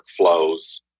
workflows